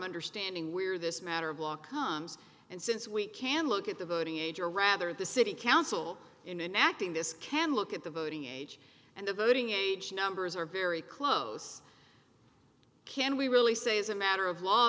understanding where this matter of law comes and since we can look at the voting age or rather the city council in an acting this can look at the voting age and the voting age numbers are very close can we really say as a matter of law